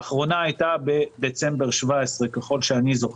הפעם האחרונה הייתה בדצמבר 2017, ככל שאני זוכר.